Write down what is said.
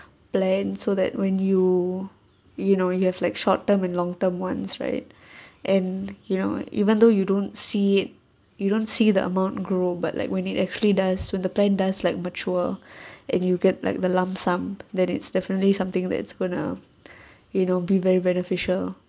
plan so that when you you know you have like short term and long term ones right and you know even though you don't see it you don't see the amount grow but like when it actually does when the plan does like mature and you get like the lump sum that is definitely something that's going to you know be very beneficial